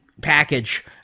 package